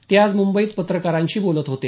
ते आज मुंबईत पत्रकारांशी बोलत होते